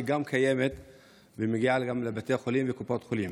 קיימת ומגיעה גם לבתי החולים ולקופות חולים.